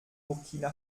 burkina